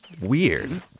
weird